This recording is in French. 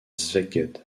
szeged